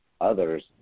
others